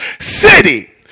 city